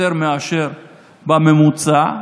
יותר מאשר בממוצע.